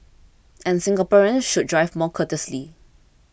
and Singaporeans should drive more courteously